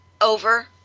over